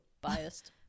biased